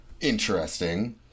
interesting